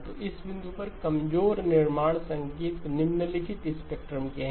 तो इस बिंदु पर कमजोर निर्माण संकेत निम्नलिखित स्पेक्ट्रम के है